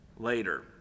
Later